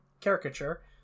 caricature